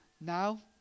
now